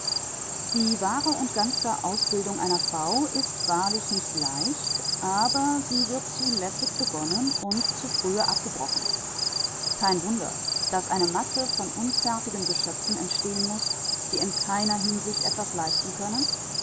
die wahre und ganze ausbildung einer frau ist wahrlich nicht leicht aber sie wird zu lässig begonnen und zu frühe abgebrochen kein wunder daß eine masse von unfertigen geschöpfen entstehen muß die in keiner hinsicht etwas leisten können